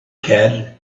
kid